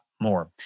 more